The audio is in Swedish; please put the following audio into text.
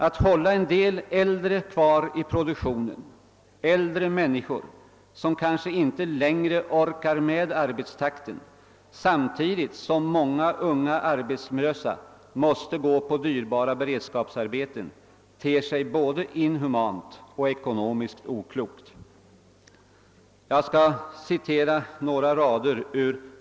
Att hålla en del äldre kvar i produktionen, vilka kanske inte längre orkar med arbets takten, samtidigt som många unga arbetslösa måste gå i dyrbara beredskapsarbeten, ter sig både inhumant och ekonomiskt oklokt.